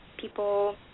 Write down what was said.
people